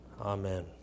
Amen